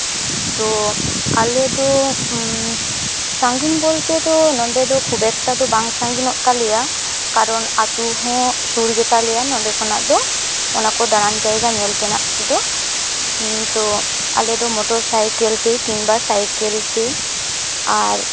ᱛᱚ ᱟᱞᱮ ᱫᱚ ᱥᱟᱺᱜᱤᱧ ᱵᱚᱞᱛᱮ ᱫᱚ ᱱᱚᱰᱮ ᱫᱚ ᱠᱷᱩᱵ ᱮᱠᱴᱟ ᱫᱚ ᱵᱟᱝ ᱥᱟᱺᱜᱤᱧᱚᱜ ᱛᱟᱞᱮᱭᱟ ᱠᱟᱨᱚᱱ ᱟᱛᱳ ᱦᱚᱸ ᱥᱩᱨ ᱜᱮᱛᱟᱞᱮᱭᱟ ᱱᱚᱰᱮ ᱠᱷᱚᱱᱟᱜ ᱫᱚ ᱚᱱᱟ ᱠᱚ ᱫᱟᱲᱟᱱ ᱡᱟᱭᱜᱟ ᱧᱮᱞ ᱛᱮᱱᱟᱜ ᱛᱮᱫᱚ ᱛᱚ ᱟᱞᱮ ᱫᱚ ᱢᱚᱴᱚᱨ ᱥᱟᱭᱠᱮᱞ ᱛᱮ ᱠᱤᱝᱵᱟ ᱥᱟᱭᱠᱮᱞ ᱛᱮ ᱟᱨ